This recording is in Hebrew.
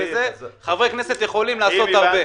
חברי כנסת יכולים לעשות הרבה.